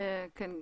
כן.